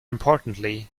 importantly